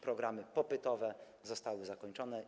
Programy popytowe zostały zakończone.